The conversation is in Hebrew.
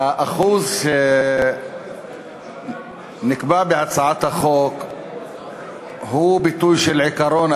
האחוז שנקבע בהצעת החוק הוא ביטוי של עיקרון,